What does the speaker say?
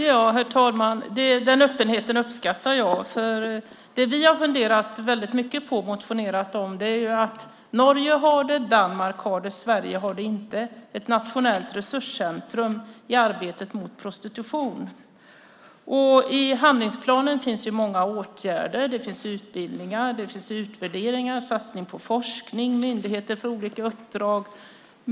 Herr talman! Den öppenheten uppskattar jag. Det som vi har funderat väldigt mycket på och motionerat om är att Norge och Danmark har ett nationellt resurscentrum för arbetet mot prostitution, men Sverige har inte det. I handlingsplanen finns många åtgärder. Det är utbildningar, utvärderingar, satsningar på forskning och myndigheter för olika uppdrag.